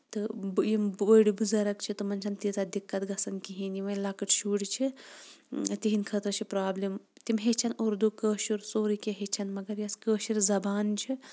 یِم بٔڑۍ بُزرگ چھِ تِمَن چھےٚ نہٕ تیٖژاہ دِکَت گژھان کہینۍ یِم وۄنۍ لۄکٔٹۍ شُرۍ چھِ تِہِندِ خٲطرٕ چھِ پروبلِم تِم ہیٚچھن اُردوٗ کٲشُر سورُے کیٚنہہ ہیٚچھین مَگر یۄس کٲشِر زَبان چھِ